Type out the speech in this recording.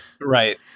Right